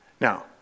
Now